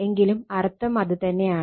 എങ്കിലും അർഥം അത് തന്നെയാണ്